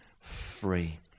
free